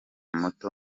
muto